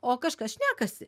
o kažkas šnekasi